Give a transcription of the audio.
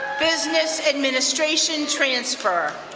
business administration transfer.